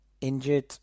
injured